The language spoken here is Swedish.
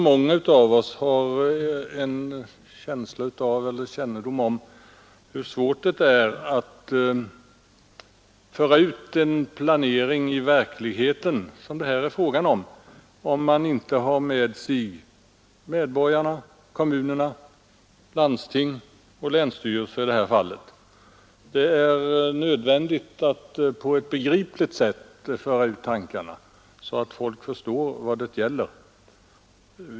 Många av oss känner till hur svårt det är att genomföra en sådan planering som det här är fråga om, såvida man inte har medborgarna, kommunerna, landstingen och i detta fall även länsstyrelserna med sig. Det är också nödvändigt att föra ut tankarna på ett för folk begripligt sätt.